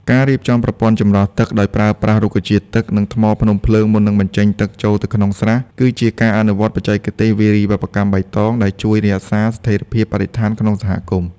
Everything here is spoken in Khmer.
ការរៀបចំប្រព័ន្ធចម្រោះទឹកដោយប្រើប្រាស់រុក្ខជាតិទឹក និងថ្មភ្នំភ្លើងមុននឹងបញ្ចេញទឹកចូលទៅក្នុងស្រះ គឺជាការអនុវត្តបច្ចេកទេសវារីវប្បកម្មបៃតងដែលជួយរក្សាស្ថិរភាពបរិស្ថានក្នុងសហគមន៍។